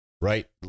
right